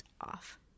off